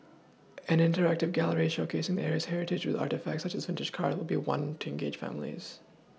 an interactive gallery showcasing the area's heritage with artefacts such as vintage cars will be one to engage families